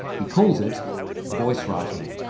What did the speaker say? he calls it voice writing.